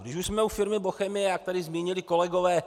Když už jsme u firmy Bochemie, jak tady zmínili kolegové.